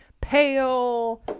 pale